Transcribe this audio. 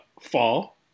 fall